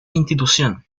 institución